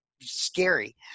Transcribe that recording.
scary